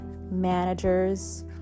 managers